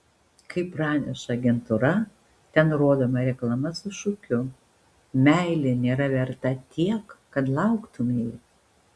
kaip praneša agentūra ten rodoma reklama su šūkiu meilė nėra verta tiek kad lauktumei